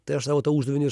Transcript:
tai aš savo tą uždavinį ir